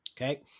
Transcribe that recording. Okay